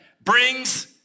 brings